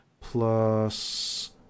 plus